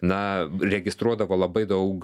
na registruodavo labai daug